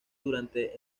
durante